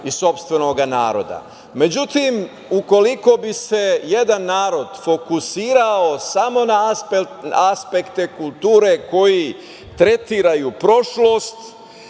i sopstvenog naroda.Međutim, ukoliko bi se jedan narod fokusirao samo na aspekte kulture koji tretiraju prošlost